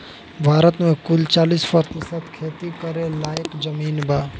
भारत मे कुल चालीस प्रतिशत खेती करे लायक जमीन बा